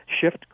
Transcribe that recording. shift